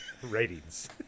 Ratings